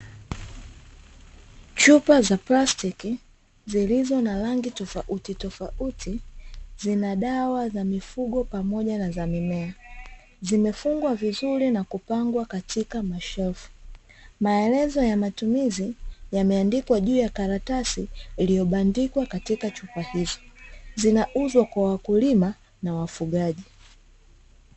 Chupa za plastiki zilizo na rangi tofautitofauti zina dawa za mifugo pamoja na za mimea. Zimefungwa vizuri na kupangwa katika mashelfu, maelezo ya matumizi yameandikwa juu ya karatasi iliyobandikwa katika chupa hizo. Zinauzwa kwa wakulima na wafugaji.